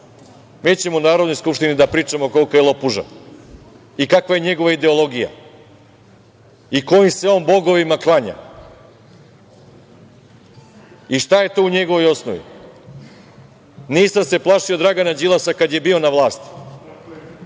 Mi ćemo u Narodnoj skupštini da pričamo kolika je lopuža i kakva je njegova ideologija i kojim se on bogovima klanja i šta je to u njegovoj osnovi. Nisam se plašio Dragana Đilasa kada je bio na vlasti.